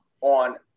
on